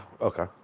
okay